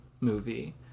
movie